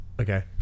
okay